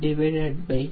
31 6